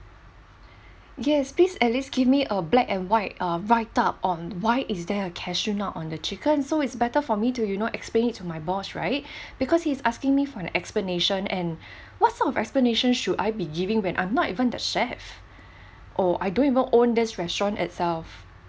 yes please at least give me a black and white uh write up on why is there a cashew nut on the chicken so it's better for me to you know explain it to my boss right because he's asking me for an explanation and what sort of explanation should I be giving when I'm not even the chef or I don't even own this restaurant itself